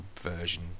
version